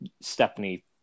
Stephanie